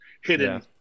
hidden